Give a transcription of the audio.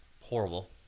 horrible